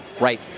Right